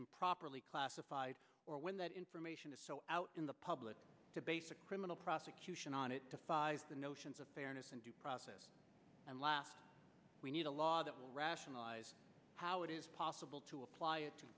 improperly classified or when that information is so out in the public to base a criminal prosecution on it defies the notions of fairness and due process unless we need a law that will rationalize how it is possible to apply it to